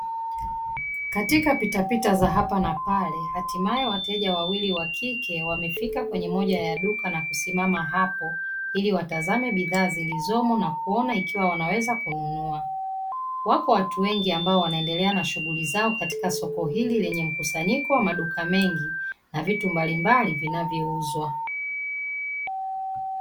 Katika pitapita za hapa na pale hatimae wateja wawili wakike wamefika kwenye moja ya duka na kusimamia hapo ili watazame bidhaa zilizomo na kuona kama wanaweza kununua. Wako watu wengi ambao wanaendelea na shughuli zao katika soko hili lenye mkusanyiko wa maduka mengi na vitu mbalimbali vinavyouzwa.